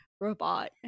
robot